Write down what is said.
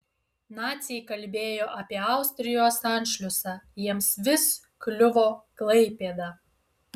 naciai kalbėjo apie austrijos anšliusą jiems vis kliuvo klaipėda